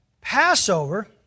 passover